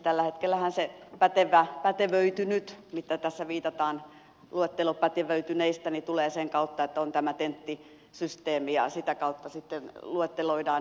tällä hetkellähän se pätevöitynyt mihin tässä viitataan luettelo pätevöityneistä tulee sen kautta että on tämä tenttisysteemi ja sitä kautta sitten luetteloidaan